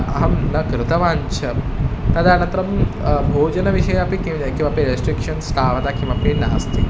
अहं न कृतवान् च तदनन्तरं भोजन विषयापि किं जायते किमपि रिस्ट्रिक्शन्स् का वत किमपि नास्ति